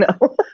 No